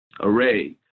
Array